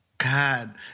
God